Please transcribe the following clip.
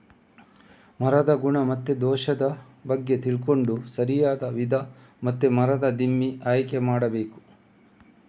ಮರದ ಗುಣ ಮತ್ತೆ ದೋಷದ ಬಗ್ಗೆ ತಿಳ್ಕೊಂಡು ಸರಿಯಾದ ವಿಧ ಮತ್ತೆ ಮರದ ದಿಮ್ಮಿ ಆಯ್ಕೆ ಮಾಡಬೇಕು